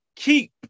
Keep